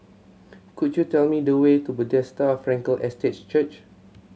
could you tell me the way to Bethesda Frankel Estate Church